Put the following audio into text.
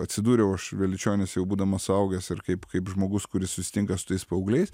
atsidūriau aš vėliučionyse jau būdamas suaugęs ir kaip kaip žmogus kuris susitinka su tais paaugliais